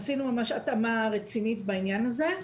עשינו ממש התאמה רצינית בעניין הזה.